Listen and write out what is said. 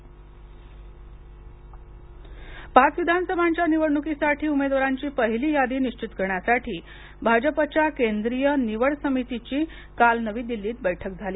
भाजप निवड समिती पाच विधानसभांच्या निवडणुकीसाठी उमेदवारांची पहिली यादी निश्वित करण्यासाठी भाजपच्या केंद्रीय निवड समितीची काल नवी दिल्लीत बैठक झाली